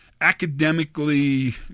academically